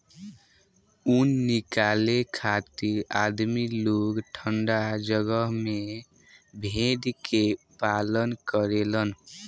ऊन निकाले खातिर आदमी लोग ठंडा जगह में भेड़ के पालन करेलन